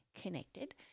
connected